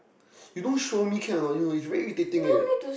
you don't sure me can or not it's very irritating leh